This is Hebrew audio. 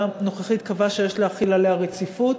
הנוכחית קבעה שיש להחיל עליה רציפות.